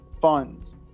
funds